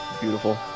beautiful